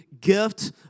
gift